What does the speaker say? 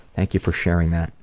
thank you for sharing that.